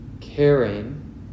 caring